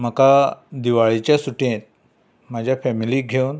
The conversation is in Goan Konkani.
म्हाका दिवाळेचे सुटयेंत म्हजे फॅमिलीक घेवून